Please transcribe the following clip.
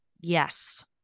Yes